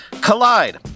Collide